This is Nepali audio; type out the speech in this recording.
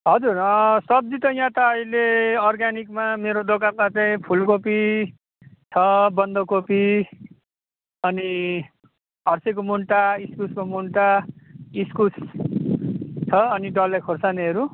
हजुर अँ सब्जी त यहाँ त अहिले अर्ग्यानिकमा मेरो दोकानमा चाहिँ फुलकोपी छ बन्दकोपी अनि फर्सीको मुन्टा इस्कुसको मुन्टा इस्कुस छ अनि डल्ले खोर्सानीहरू